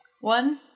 One